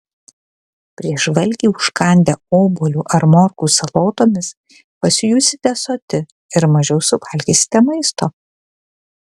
prieš valgį užkandę obuoliu ar morkų salotomis pasijusite soti ir mažiau suvalgysite maisto